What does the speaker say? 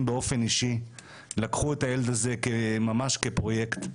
באופן אישי לקחו את הילד הזה ממש כפרויקט,